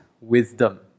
wisdom